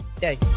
day